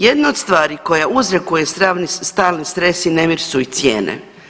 Jedna od stvari koja uzrokuje stalni stres i nemir su i cijene.